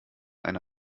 eine